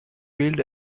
built